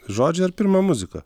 žodžiai ar pirma muzika